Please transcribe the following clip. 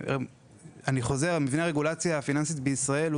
אני חוזר: במבנה הרגולציה הפיננסית בישראל,